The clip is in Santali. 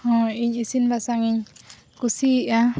ᱦᱳᱭ ᱤᱧ ᱤᱥᱤᱱ ᱵᱟᱥᱟᱝᱤᱧ ᱠᱩᱥᱤᱭᱟᱜᱼᱟ